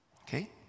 Okay